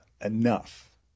enough